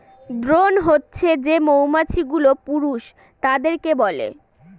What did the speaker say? drone হছে যে মৌমাছি গুলো পুরুষ তাদেরকে বলে